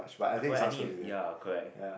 I forgot ending is ya correct